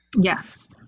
yes